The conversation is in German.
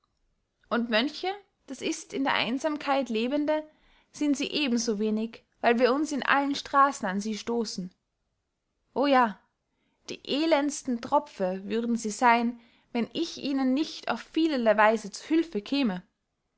und mönche daß ist in der einsamkeit lebende sind sie eben so wenig weil wir uns in allen strassen an sie stossen o ja die elendesten tropfe würden sie seyn wenn ich ihnen nicht auf vielerley weise zu hülfe käme